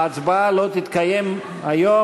ההצבעה לא תתקיים היום,